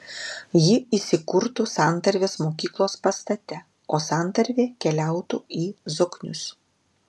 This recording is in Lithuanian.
ji įsikurtų santarvės mokyklos pastate o santarvė keliautų į zoknius